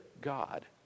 God